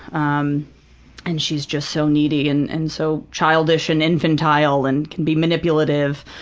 um and she's just so needy and and so childish and infantile and can be manipulative.